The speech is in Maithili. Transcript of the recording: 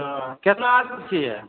तऽ केतना आदमी छियै